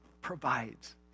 provides